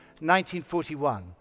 1941